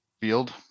field